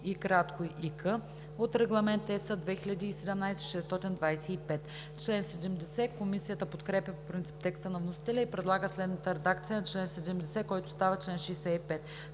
и „к“ от Регламент (ЕС) 2017/625.“ Комисията подкрепя по принцип текста на вносителя и предлага следната редакция на чл. 70, който става чл. 65: